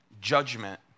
judgment